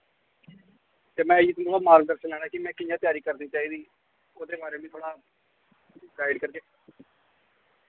ते मैं इ'दा मार्गदर्शन लैना कि में कि'यां त्यारी करनी चाहिदी ओह्दे बारे मिगी थोह्ड़ा गाइड करगे